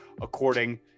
According